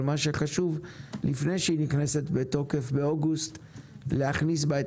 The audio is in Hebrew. מה שחשוב לפני שהיא נכנסת לתוקף באוגוסט להכניס בה את